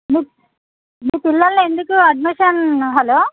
మీ మీ పిల్లల్ని ఎందుకు అడ్మిషన్ హలో